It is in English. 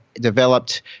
developed